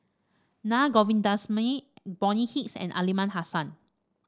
Naa Govindasamy Bonny Hicks and Aliman Hassan